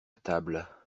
table